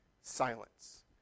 silence